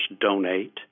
donate